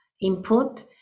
input